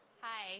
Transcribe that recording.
Hi